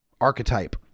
archetype